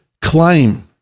claim